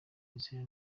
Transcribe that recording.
izere